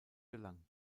gelang